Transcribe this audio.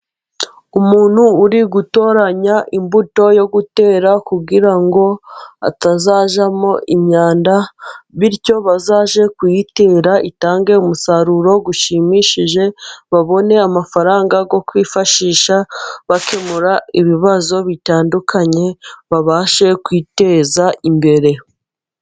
Umuntu uri gutoranya imbuto yo gutera, kugira ngo hatazajyamo imyanda, bityo bazajye kuyitera itange umusaruro ushimishije, babone amafaranga yo kwifashisha bakemura ibibazo bitandukanye babashe kwiteza imbere.